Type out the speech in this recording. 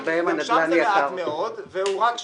גם שם מעט מאוד והוא רק שם.